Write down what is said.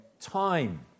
time